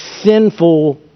sinful